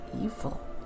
evil